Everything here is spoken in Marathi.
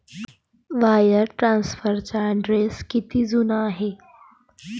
वायर ट्रान्सफरचा ट्रेंड किती जुना आहे?